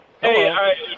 Hey